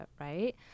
right